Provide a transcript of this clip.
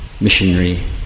missionary